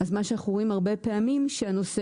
אז מה שאנחנו רואים הרבה פעמים שהנושא